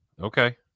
Okay